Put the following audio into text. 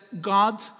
God